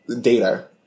data